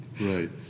Right